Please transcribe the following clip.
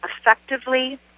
effectively